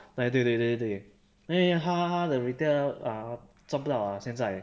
对对对对对因为他的那个做不了 liao 现在